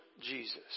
Jesus